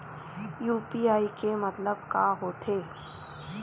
UPI के मतलब का होथे?